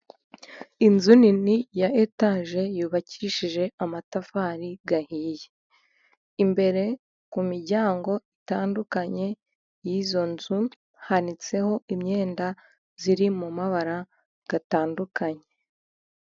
Inzu nini ya etage yubakishije amatafari ahiye, imbere ku miryango itandukanye y'izo nzu, hanitseho imyenda ziri mu mabara gatandukanye.